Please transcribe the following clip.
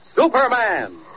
Superman